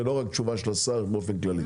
ולא רק תשובה של השר באופן כללי.